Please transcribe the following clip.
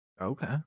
Okay